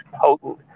potent